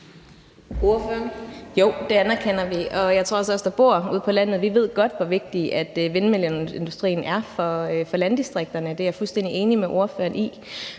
(DD): Jo, det anerkender vi, og jeg tror også, at vi, der bor ude på landet, godt ved, hvor vigtig vindmølleindustrien er for landdistrikterne. Det er jeg fuldstændig enig med ordføreren i.